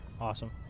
awesome